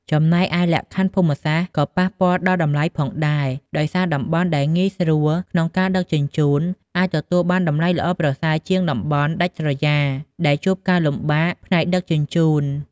ចំណែកឯ លក្ខខណ្ឌភូមិសាស្ត្រ ក៏ប៉ះពាល់ដល់តម្លៃផងដែរ ដោយសារតំបន់ដែលងាយស្រួលក្នុងការដឹកជញ្ជូន អាចទទួលបានតម្លៃល្អប្រសើរជាងតំបន់ដាច់ស្រយាលដែលជួបការលំបាកផ្នែកដឹកជញ្ជូន។